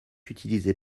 utilisé